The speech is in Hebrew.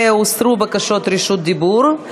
והוסרו בקשות רשות דיבור,